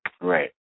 Right